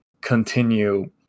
continue